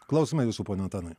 klausome jūsų pone antanai